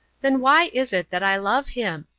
then why is it that i love him?